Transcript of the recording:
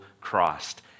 Christ